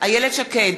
איילת שקד,